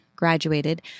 graduated